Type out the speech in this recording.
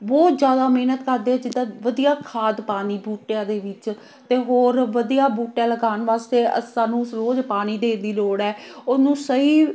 ਬਹੁਤ ਜ਼ਿਆਦਾ ਮਿਹਨਤ ਕਰਦੇ ਜਿੱਦਾਂ ਵਧੀਆ ਖਾਦ ਪਾਉਣੀ ਬੂਟਿਆਂ ਦੇ ਵਿੱਚ ਅਤੇ ਹੋਰ ਵਧੀਆ ਬੂਟਾ ਲਗਾਉਣ ਵਾਸਤੇ ਅ ਸਾਨੂੰ ਰੋਜ਼ ਪਾਣੀ ਦੇਣ ਦੀ ਲੋੜ ਹੈ ਉਹਨੂੰ ਸਹੀ